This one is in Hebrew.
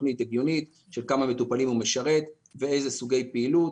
תוכנית הגיונית של כמה מטופלים הוא משרת ואיזה סוגי פעילות.